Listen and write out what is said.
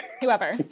whoever